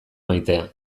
maitea